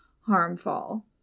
harmful